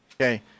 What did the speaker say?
Okay